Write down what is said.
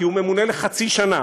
כי הוא ממונה לחצי שנה,